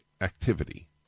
activity